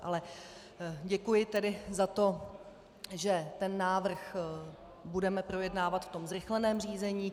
Ale děkuji tedy za to, že ten návrh budeme projednávat ve zrychleném řízení.